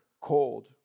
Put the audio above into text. cold